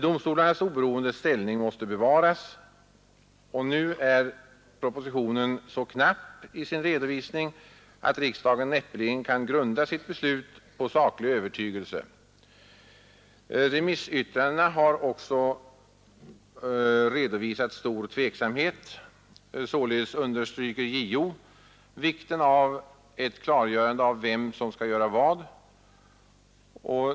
Domstolarnas oberoende ställning måste bevaras. Nu är propositionen så knapp i sin redovisning, att riksdagen näppeligen kan grunda sitt beslut på saklig övertygelse. Remissyttrandena har också redovisat stor tveksamhet. Således understryker JO vikten av ett klarläggande av vem som skall göra vad.